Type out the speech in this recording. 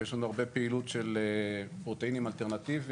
כי יש לנו הרבה פעילות של פרוטאינים אלטרנטיביים